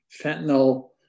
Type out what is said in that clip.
fentanyl